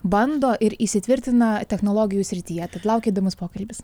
bando ir įsitvirtina technologijų srityje tad laukia įdomus pokalbis